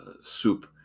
soup